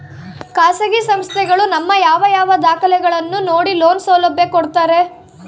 ಖಾಸಗಿ ಸಂಸ್ಥೆಗಳು ನಮ್ಮ ಯಾವ ಯಾವ ದಾಖಲೆಗಳನ್ನು ನೋಡಿ ಲೋನ್ ಸೌಲಭ್ಯ ಕೊಡ್ತಾರೆ?